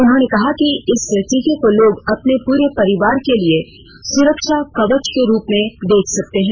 उन्होंने कहा कि इस टीका को लोग अपने पूरे परिवार के लिए सुरक्षा कवच के रूप से देख सकते हैं